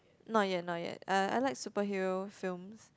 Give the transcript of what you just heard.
not yet not yet uh I like superhero films